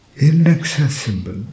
inaccessible